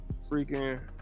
freaking